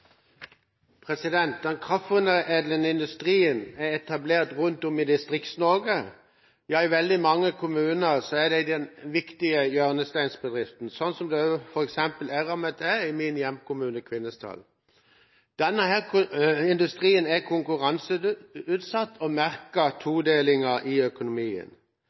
etablert rundt om i Distrikts-Norge. I veldig mange kommuner er det den viktige hjørnesteinsbedriften, slik Eramet f.eks. er i min hjemkommune Kvinesdal. Denne industrien er konkurranseutsatt og merker todelingen i økonomien.